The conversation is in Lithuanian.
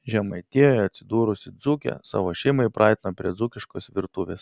žemaitijoje atsidūrusi dzūkė savo šeimą įpratino prie dzūkiškos virtuvės